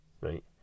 right